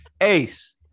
Ace